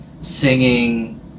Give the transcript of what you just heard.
singing